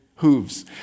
hooves